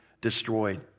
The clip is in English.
destroyed